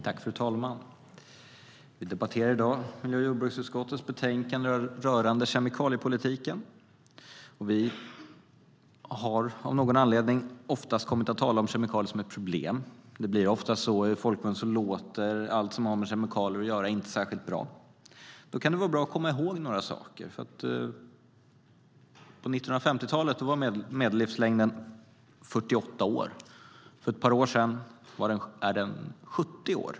Fru talman! Vi debatterar i dag miljö och jordbruksutskottets betänkande rörande kemikaliepolitiken. Vi har av någon anledning oftast kommit att tala om kemikalier som ett problem. Det blir ofta så, och i folkmun låter allt som har med kemikalier att göra inte särskilt bra. Då kan det vara bra att komma ihåg några saker. På 1950-talet var medellivslängden 48 år. För ett par år sedan var den 70 år.